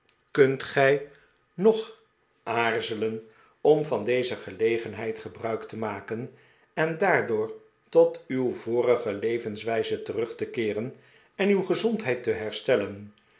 kunt gij nog aarzelen om van deze gelegenheid gebruik te maken en daardoor tot uw vorige levenswijze terug te keeren en uw gezondheid te herstellen